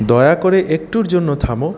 দয়া করে একটুর জন্য থামো